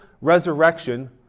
resurrection